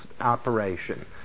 operation